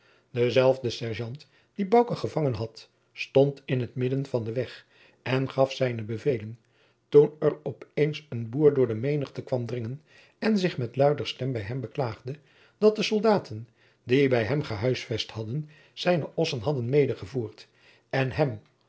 dezelfde serjeant die bouke gevangen had stond in het midden van den weg en gaf zijne bevelen toen er op eens een boer door de menigte kwam dringen en zich met luider stem bij hem beklaagde dat de soldaten die bij hem gehuisvest hadden zijne ossen hadden medegevoerd en hem